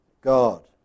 God